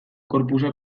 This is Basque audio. corpusa